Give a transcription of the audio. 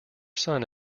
son